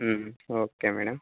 okay madam